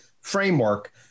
framework